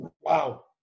Wow